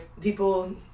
people